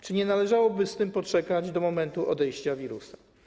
Czy nie należałoby z tym poczekać do momentu odejścia wirusa?